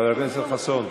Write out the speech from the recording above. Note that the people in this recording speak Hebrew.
חבר הכנסת חסון.